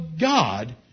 God